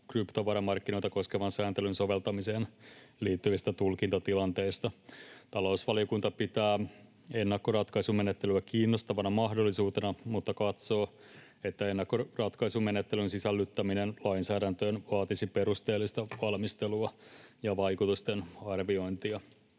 kryptovaramarkkinoita koskevan sääntelyn soveltamiseen liittyvistä tulkintatilanteista. Talousvaliokunta pitää ennakkoratkaisumenettelyä kiinnostavana mahdollisuutena mutta katsoo, että ennakkoratkaisumenettelyn sisällyttäminen lainsäädäntöön vaatisi perusteellista valmistelua ja vaikutusten arviointia.